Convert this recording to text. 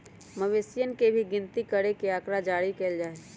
मवेशियन के भी गिनती करके आँकड़ा जारी कइल जा हई